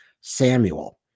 Samuel